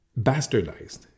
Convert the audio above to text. bastardized